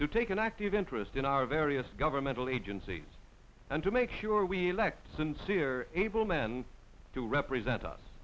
to take an active interest in our various governmental agencies and to make sure we elect sincere able men to represent us